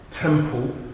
temple